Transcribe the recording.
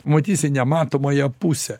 matysi nematomąją pusę